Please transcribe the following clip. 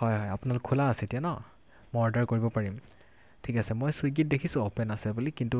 হয় হয় আপোনালোক খোলা আছে এতিয়া নহ্ মই অৰ্ডাৰ কৰিব পাৰিম ঠিক আছে মই চুইগিত দেখিছোঁ অপেন আছে বুলি কিন্তু